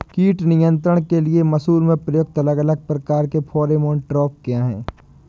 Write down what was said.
कीट नियंत्रण के लिए मसूर में प्रयुक्त अलग अलग प्रकार के फेरोमोन ट्रैप क्या है?